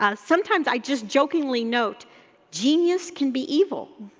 ah sometimes i just jokingly note genius can be evil.